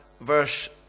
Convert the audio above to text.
verse